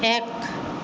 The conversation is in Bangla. এক